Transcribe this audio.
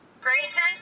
Grayson